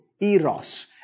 eros